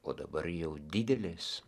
o dabar jau didelės